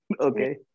Okay